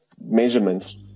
measurements